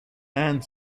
and